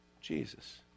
Jesus